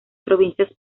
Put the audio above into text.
provincias